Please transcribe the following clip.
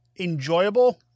Enjoyable